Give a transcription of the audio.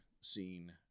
scene